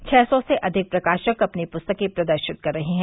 छः सौ से अधिक प्रकाशक अपनी पुस्तकें प्रदर्शित कर रहे हैं